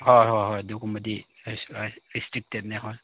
ꯍꯣꯏ ꯍꯣꯏ ꯍꯣꯏ ꯑꯗꯨꯒꯨꯝꯕꯗꯤ ꯑꯁ ꯑꯁ ꯔꯦꯁꯇꯤꯛꯇꯦꯠꯅꯦ ꯍꯣꯏ